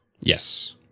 yes